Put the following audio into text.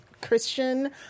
Christian